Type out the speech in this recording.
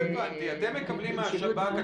לא הבנתי אתם מקבלים מהשב"כ,